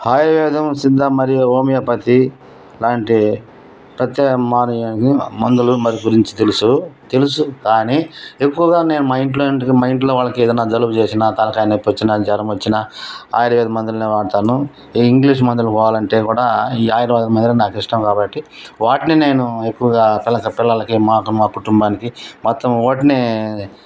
ఆయుర్వేదం సిద్ధ మరియు హోమియోపతి లాంటి ప్రత్యేక మందులు మరి గురించి తెలుసు తెలుసు కానీ ఎక్కువగా నేను మా ఇంట్లో వాళ్ళకి మా ఇంట్లో వాళ్ళకి ఏదైనా జలుబు చేసినా తలకాయ నొప్పి వచ్చినా జ్వరం వచ్చినా ఆయుర్వేద మందులనే వాడతాను ఈ ఇంగ్లీష్ మందులకు పోవాలంటే కూడా ఈ ఆయుర్వేద మందులు నాకు ఇష్టం కాబట్టి వాటిని నేను ఎక్కువగా కనక పిల్లలకి మాకు మా కుటుంబానికి మొత్తం వాటినే